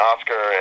Oscar